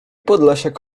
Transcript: podlasiak